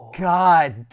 God